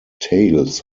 tales